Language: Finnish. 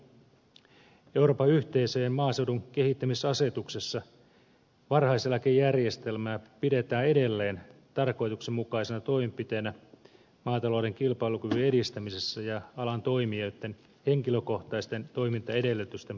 euroopan yhteisöjen maaseudun kehittämisasetuksessa varhaiseläkejärjestelmää pidetään edelleen tarkoituksenmukaisena toimenpiteenä maatalouden kilpailukyvyn edistämisessä ja alan toimijoitten henkilökohtaisten toimintaedellytysten parantamisessa